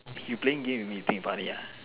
you playing game with me you think you funny ah